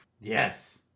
Yes